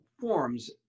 forms